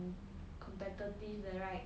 competitive 的 right